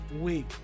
week